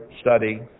study